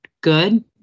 Good